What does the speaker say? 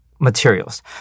materials